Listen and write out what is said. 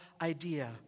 idea